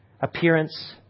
appearance